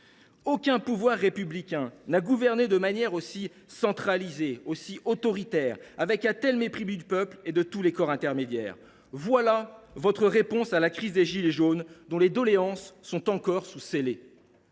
Aucun pouvoir républicain n’a gouverné de manière aussi centralisée, aussi autoritaire, en manifestant un tel mépris du peuple et de tous les corps intermédiaires. Voilà votre réponse à la crise des « gilets jaunes », dont les doléances sont encore sous scellés.